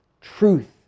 Truth